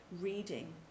reading